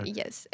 yes